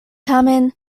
tamen